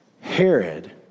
Herod